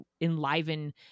enliven